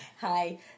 Hi